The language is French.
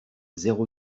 zéro